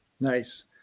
Nice